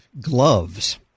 gloves